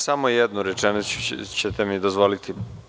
Samo jednu rečenicu ćete mi dozvoliti.